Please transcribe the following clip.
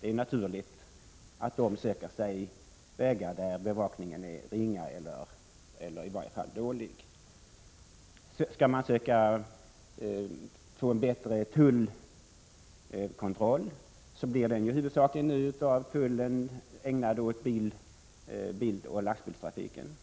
Det är naturligt att de söker sig vägar där bevakningen är ringa eller i varje fall dålig. Om man vill få en bättre tullkontroll, kommer tullverket huvudsakligen att ägna den åt